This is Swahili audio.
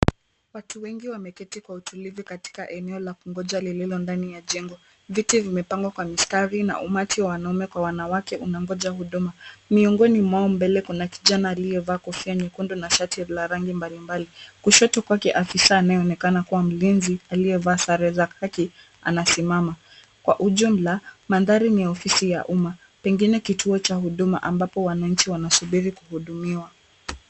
Watu wengi wameketi kwa utulivu katika eneo la kungoja lililo ndani ya jengo. Viti vimepangwa kwa mstari na umati wa wanaume kwa wanawake unagoja huduma. Miongoni mwao mbele kuna kijana aliyevaa kofia nyekundu na shati la rangi mbalimbali. Kushoto kwake afisa anayeonekana kuwa mlinzi aliyevaa sare za kaki anasimama. Kwa ujumla mandhari ni ya ofisi ya umma pengine kituo cha huduma ambapo wananchi wanasubiri kuhudumiwa.